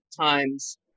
times